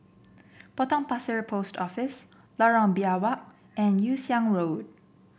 Potong Pasir Post Office Lorong Biawak and Yew Siang Road